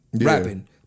Rapping